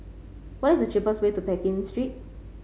what is the cheapest way to Pekin Street